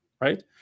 right